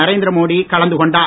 நரேந்திர மோடி கலந்துகொண்டார்